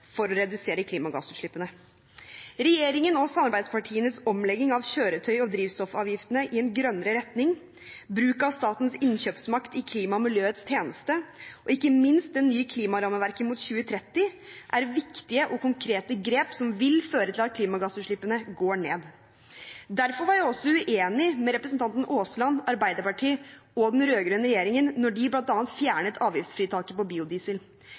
for å redusere klimagassutslippene. Regjeringen og samarbeidspartienes omlegging av kjøretøy- og drivstoffavgiftene i en grønnere retning, bruk av statens innkjøpsmakt i klimaets og miljøets tjeneste og ikke minst det nye klimarammeverket mot 2030 er viktige og konkrete grep som vil føre til at klimagassutslippene går ned. Derfor var jeg også uenig med representanten Aasland, Arbeiderpartiet og den rød-grønne regjeringen da de bl.a. fjernet avgiftsfritaket på biodiesel